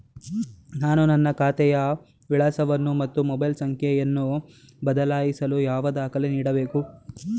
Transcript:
ನಾನು ನನ್ನ ಖಾತೆಯ ವಿಳಾಸವನ್ನು ಮತ್ತು ಮೊಬೈಲ್ ಸಂಖ್ಯೆಯನ್ನು ಬದಲಾಯಿಸಲು ಯಾವ ದಾಖಲೆ ನೀಡಬೇಕು?